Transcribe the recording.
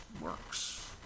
works